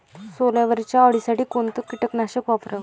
सोल्यावरच्या अळीसाठी कोनतं कीटकनाशक वापराव?